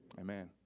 Amen